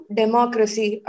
democracy